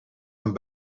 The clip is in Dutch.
een